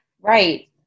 Right